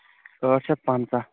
ٲٹھ شَتھ پنٛژاہ